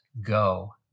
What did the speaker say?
Go